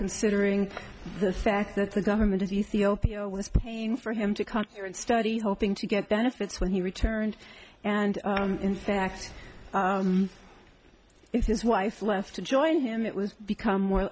considering the fact that the government ethiopia was paying for him to come here and study hoping to get benefits when he returned and in fact if his wife left to join him it was become more